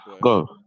Go